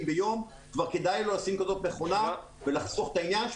ביום כבר כדאי לו לשים כזאת מכונה ולחסוך את העניין,